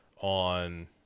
on